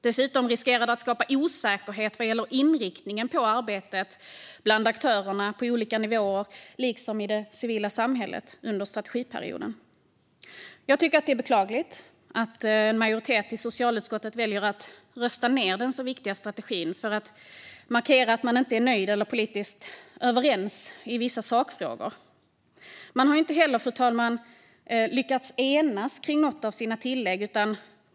Dessutom riskerar det att skapa osäkerhet vad gäller inriktningen på arbetet bland aktörer på olika nivåer liksom i det civila samhället under strategiperioden. Jag tycker att det är beklagligt att en majoritet i socialutskottet väljer att rösta ned denna viktiga strategi för att markera att man inte är nöjd eller politiskt överens i vissa sakfrågor. Man har inte heller, fru talman, lyckats enas kring något av sina tillägg.